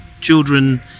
children